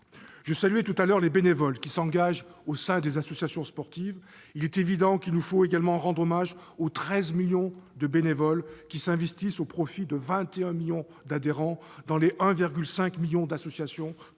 Je saluais tout à l'heure les bénévoles qui s'engagent au sein des associations sportives. Il nous faut également rendre hommage aux 13 millions de bénévoles qui s'investissent au profit des 21 millions d'adhérents du million et demi d'associations, tous